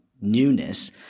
newness